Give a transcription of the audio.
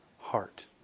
heart